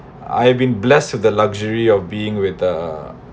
I have been blessed with the luxury of being with the